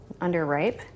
underripe